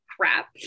crap